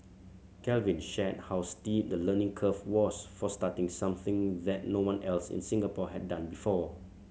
Calvin shared how steep the learning curve was for starting something that no one else in Singapore had done before